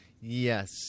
Yes